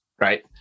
right